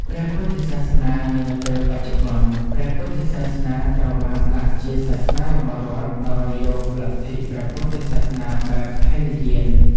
ព្រះពុទ្ធសាសនានាពេលបច្ចុប្បន្ន៖ព្រះពុទ្ធសាសនាត្រូវបានដាក់ជាសាសនា របស់រដ្ឋ ដោយយកលទ្ធិព្រះពុទ្ធសាសនាបែបហីនយាន ។